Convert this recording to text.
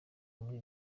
muri